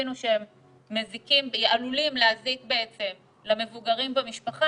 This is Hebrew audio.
יבינו שהם מזיקים ועלולים להזיק בעצם למבוגרים במשפחה